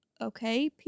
okay